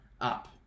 up